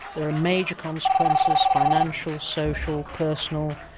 there are major consequences, financial, social, personal,